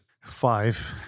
Five